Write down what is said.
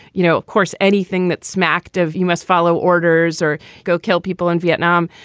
you know, of course, anything that smacked of you must follow orders or go kill people in vietnam.